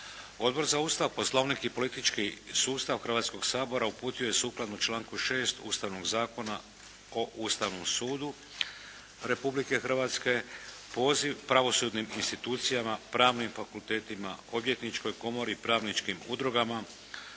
Odbor za Ustav, Poslovnik i politički sustav Hrvatskog sabora uputio je sukladno članku 6. Ustavnog zakona o Ustavnom sudu Republike Hrvatske poziv pravosudnim institucijama, pravnim fakultetima, Odvjetničkoj komori, pravničkim udrugama,